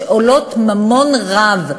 שעולות ממון רב,